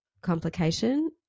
complication